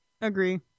Agree